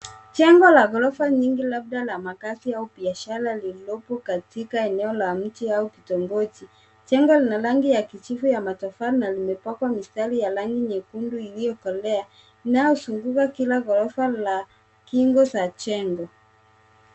Jengo la ghorofa nyingi labda ya kazi au biashara lolilopo katika eneo la mji au kitingoji. Jengo lenye rangi ya kijivu ya matofali na imepakwa mistari ya laini nyekundu iliyokolea inayozunguka Kila ghorofa la kingo za jengo.